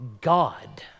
God